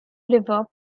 river